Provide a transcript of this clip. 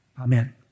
Amen